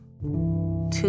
Two